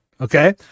okay